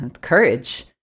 courage